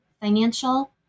financial